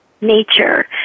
nature